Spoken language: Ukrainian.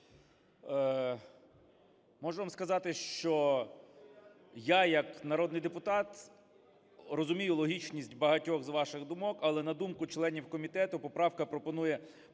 Можу вам сказати, що я як народний депутат розумію логічність багатьох з ваших думок. Але, на думку членів комітету, поправка пропонує